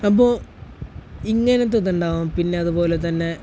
അപ്പോൾ ഇങ്ങനത്തെ ഇതുണ്ടാവും പിന്നെ അതുപോലെതന്നെ